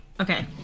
Okay